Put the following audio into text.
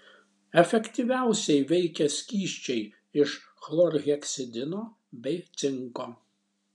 efektyviausiai veikia skysčiai iš chlorheksidino bei cinko